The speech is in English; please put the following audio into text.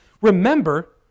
remember